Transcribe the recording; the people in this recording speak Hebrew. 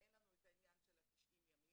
אין לנו את העניין של ה-90 ימים,